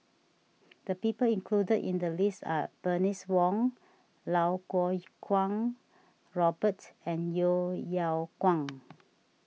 the people included in the list are Bernice Wong Lau Kuo Kwong Robert and Yeo Yeow Kwang